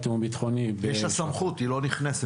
יש לה סמכות, היא לא נכנסת.